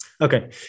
Okay